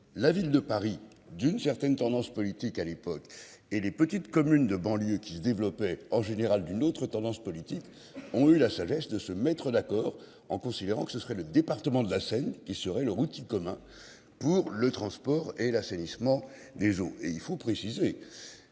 La ville de Paris d'une certaine tendance politique à l'époque et les petites communes de banlieue qui se développait en général d'une autre tendance politique ont eu la sagesse de se mettre d'accord en considérant que ce serait le département de la Seine qui serait le rookie commun pour le transport et l'assainissement des eaux et il faut préciser